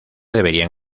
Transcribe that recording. deberían